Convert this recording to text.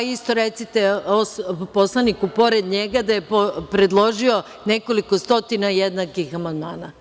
Isto recite poslaniku pored njega da je predložio nekoliko stotina jednakih amandmana.